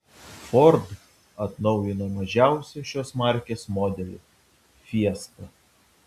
ford atnaujino mažiausią šios markės modelį fiesta